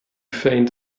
feigned